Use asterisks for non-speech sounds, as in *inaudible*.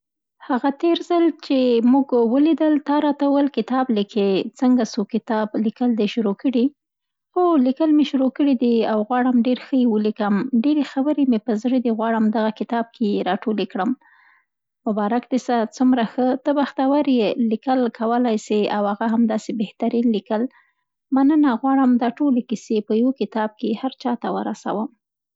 هغه تېر ځل چي مو ولیدل، تا راته وویل کتاب لیکې، څنګه سو کتاب لیکل دې شروع کړی. *noise* هو، لیکل مې شروع کړی دي او غواړم ډېر ښه یې ولیکم، ډېرې خبرې مې په زړه دي، غواړم دغه کتاب کې یې راټولې کړم. مبارک دې سه! څومره ښه، ته بختور یې، لیکل کولای سې او هغه داسې بهترین لیکل. مننه! غواړم دا ټولې کیسې په یوه کتاب کې، هر چا ته ورسوم.